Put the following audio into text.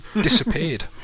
Disappeared